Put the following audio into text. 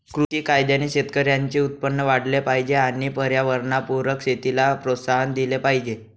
कृषी कायद्याने शेतकऱ्यांचे उत्पन्न वाढले पाहिजे आणि पर्यावरणपूरक शेतीला प्रोत्साहन दिले पाहिजे